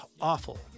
awful